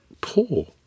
poor